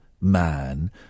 man